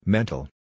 Mental